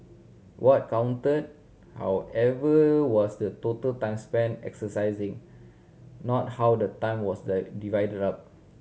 what counted however was the total time spent exercising not how the time was that divided up